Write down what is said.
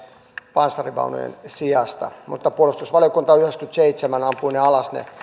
panssarivaunujen sijasta mutta puolustusvaliokunta yhdeksänkymmentäseitsemän ampui alas ne